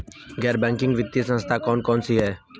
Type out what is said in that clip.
गैर बैंकिंग वित्तीय संस्था कौन कौन सी हैं?